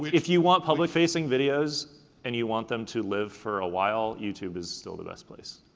but if you want public facing videos and you want them to live for awhile, youtube is still the best place.